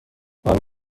آیا